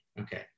Okay